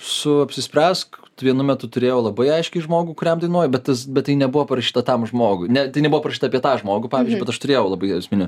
su apsispręsk vienu metu turėjau labai aiškiai žmogų kuriam dainuoju bet tas bet tai nebuvo parašyta tam žmogui ne tai nebuvo parašyta apie tą žmogų pavyzdžiui bet aš turėjau labai esminį